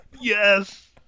Yes